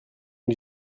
que